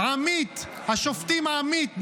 השופטים עמית,